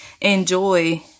enjoy